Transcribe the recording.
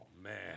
man